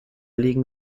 legen